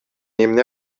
эмне